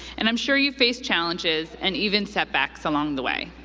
and i'm sure you faced challenges, and even setbacks, along the way.